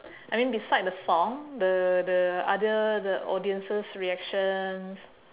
I mean beside the song the the other the audiences' reactions